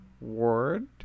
Word